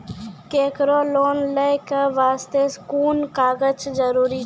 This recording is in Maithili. केकरो लोन लै के बास्ते कुन कागज जरूरी छै?